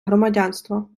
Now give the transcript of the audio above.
громадянство